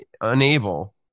unable